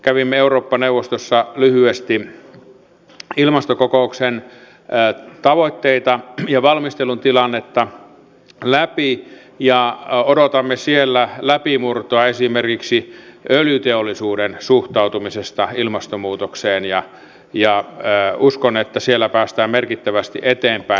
kävimme eurooppa neuvostossa lyhyesti ilmastokokouksen tavoitteita ja valmistelun tilannetta läpi ja odotamme siellä läpimurtoa esimerkiksi öljyteollisuuden suhtautumisesta ilmastonmuutokseen ja uskon että siellä päästään merkittävästi eteenpäin